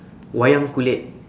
wayang kulit